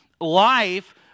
life